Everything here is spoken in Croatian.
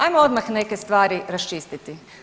Ajmo odmah neke stvari raščistiti.